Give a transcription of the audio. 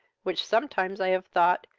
which sometimes i have thought,